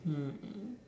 mm